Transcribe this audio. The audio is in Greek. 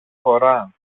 φορά